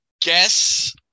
guess